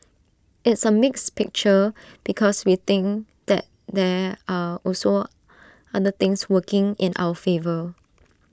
it's A mixed picture because we think that there are also other things working in our favour